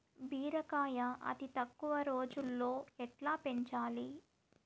బీరకాయ అతి తక్కువ రోజుల్లో ఎట్లా పెంచాలి?